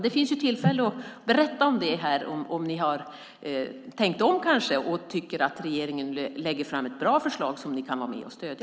Det finns tillfälle att berätta om det här, om ni kanske har tänkt om och tycker att regeringen lägger fram ett bra förslag som ni kan vara med och stödja.